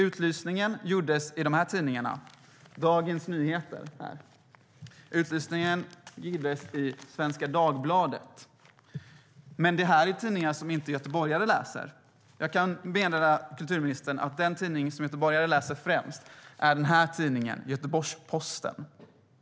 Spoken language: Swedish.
Utlysningen gjordes i Dagens Nyheter och Svenska Dagbladet. Det är tidningar som göteborgare inte läser. Jag kan meddela kulturministern att den tidning som göteborgare främst läser är Göteborgs-Posten.